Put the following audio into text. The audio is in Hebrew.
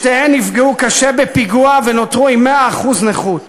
שתיהן נפגעו קשה בפיגוע ונותרו עם 100% נכות.